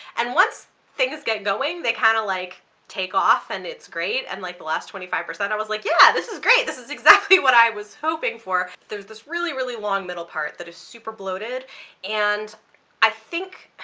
and once things get going they kind of like take off and it's great, and like the last twenty five percent i was like, yeah this is great! this is exactly what i was hoping for. there's this really really long middle part that is super bloated and i think,